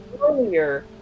earlier